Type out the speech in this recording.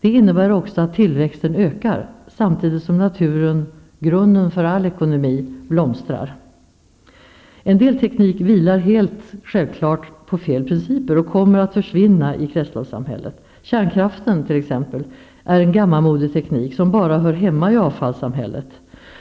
Det innebär också att tillväxten ökar, samtidigt som naturen, grunden för all ekonomi, blomstrar. En del teknik vilar helt självklart på felaktiga principer och kommer att försvinna i kretsloppssamhället. Kärnkraften, t.ex., är en gammalmodig teknik, som bara hör hemma i avfallssamhället.